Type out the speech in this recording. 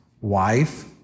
wife